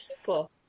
people